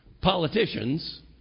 politicians